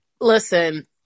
Listen